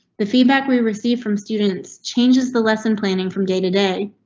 the feedback we received from students changes the lesson planning from day to day.